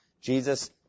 Jesus